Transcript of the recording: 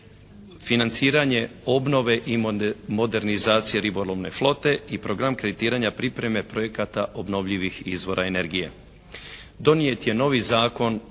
financiranje obnove i modernizacije ribolovne flote i program kreditiranja pripreme projekata obnovljivih izvora energije. Donijet je novi Zakon